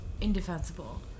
indefensible